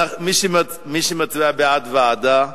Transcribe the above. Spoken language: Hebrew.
מי שמצביע בעד ועדה,